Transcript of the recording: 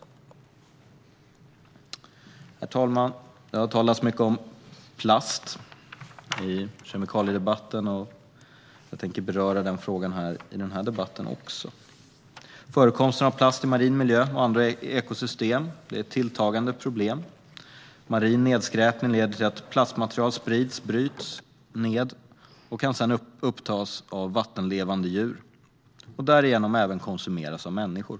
Herr talman! Det har talats mycket om plast i kemikaliedebatten, och jag tänkte beröra den frågan i den här debatten också. Förekomsten av plast i marin miljö och andra ekosystem är ett tilltagande problem. Marin nedskräpning leder till att plastmaterial sprids, bryts ned och sedan kan upptas av vattenlevande djur och därigenom även konsumeras av människor.